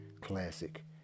classic